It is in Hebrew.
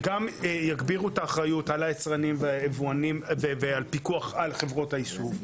שגם יגבירו את האחריות על היצרנים והיבואנים ועל פיקוח על חברות האיסוף.